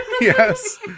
Yes